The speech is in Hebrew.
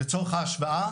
לצורך ההשוואה,